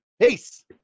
Peace